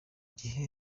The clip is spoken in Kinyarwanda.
gihe